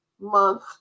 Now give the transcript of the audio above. month